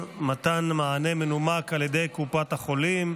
מתן מענה מנומק על ידי קופת החולים),